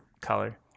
Color